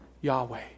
Yahweh